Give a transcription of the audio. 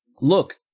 look